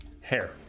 hair